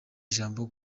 ijambo